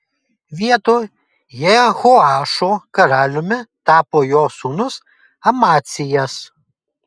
vietoj jehoašo karaliumi tapo jo sūnus amacijas